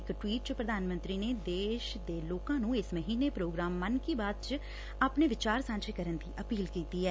ਇਕ ਟਵੀਟ ਚ ਪ੍ਧਾਨ ਮੰਤਰੀ ਨੇ ਦੇਸ਼ ਦੇ ਲੋਕਾਂ ਨੂੰ ਇਸ ਮਹੀਨੇ ਪ੍ਰੋਗਰਾਮ ਮਨ ਕੀ ਬਾਤ ਚ ਆਪਣੇ ਵਿਚਾਰ ਸਾਂਝੇ ਕਰਨ ਦੀ ਅਪੀਲ ਕੀਤੀ ਐ